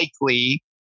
likely